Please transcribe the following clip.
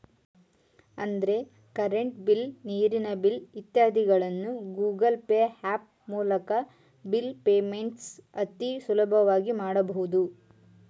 ಅಂದ್ರೆ current bill, ನೀರಿನ bill ಇತ್ಯಾದಿಗಳನ್ನ ಗೂಗಲ್ ಪೇ ಹ್ಯಾಪ್ ಮೂಲ್ಕ ಬಿಲ್ ಪೇಮೆಂಟ್ಸ್ ಅತಿ ಸುಲಭವಾಗಿ ಮಾಡಬಹುದು